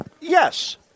yes